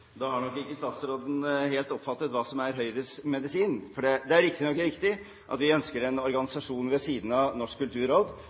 Da har nok ikke statsråden helt oppfattet hva som er Høyres medisin. Det er riktignok slik at vi ønsker en